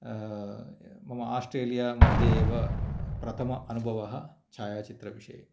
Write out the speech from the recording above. मम आस्ट्रेलिया मध्ये एव प्रथम अनुभवः छायाचित्र विषये